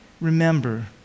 remember